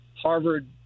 harvard